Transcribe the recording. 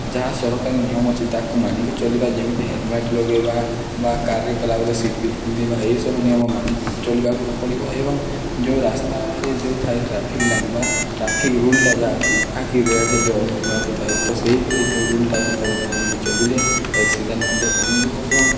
ଯାହା ସରକାରୀ ନିୟମ ଅଛି ତାକୁ ମାନିକି ଚଲିବା ଯେମିତି ହେଲମେଟ୍ ଲଗାଇବା ବା କରେ କଲାବେଳେ ସିଟ୍ ବଲ୍ଟ ପିନ୍ଧିବା ଏହିସବୁ ନିୟମ ମାନି ଚଳିବାକୁ ପଡ଼ିବ ଏବଂ ଯେଉଁ ରାସ୍ତାରେ ଯେଉଁ ଥାଏ ଟ୍ରାଫିକ୍ ଲାଇନ୍ ବା ଟ୍ରାଫିକ୍ ରୁଲ୍ଟା ଯାହା ଅଛି ଯାହାକି ରେଡ଼୍ ହେଲେ ଅଟକିବାକୁ ଥାଏ ତ ସେହିପରି ଯେଉଁ ରୁଲ୍ଟା ଅଛି ତାକୁ ମାନିକି ଚଳିଲେ ଏକ୍ସିଡ଼େଣ୍ଟ ମଧ୍ୟ କମିଯିବ ଏବଂ